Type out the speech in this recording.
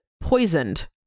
poisoned